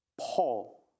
Paul